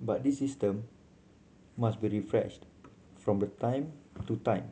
but this system must be refreshed from time to time